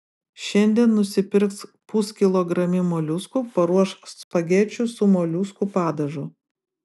šiandien nusipirks puskilogramį moliuskų paruoš spagečių su moliuskų padažu